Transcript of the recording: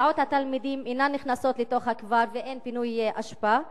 הסעות התלמידים אינן נכנסות לתוך הכפר ואין פינוי אשפה.